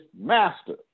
master